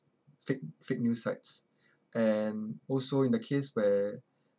fake fake news sites and also in the case where